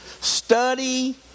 Study